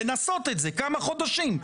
לנסות את זה כמה חודשים,